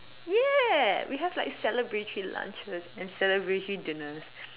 ya we have like celebratory lunches and celebratory dinners